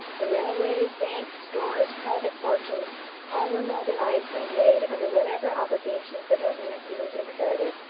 the railways, banks, stores, private fortunes all were mobilized and laid under whatever obligations the government deemed imperative.